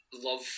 love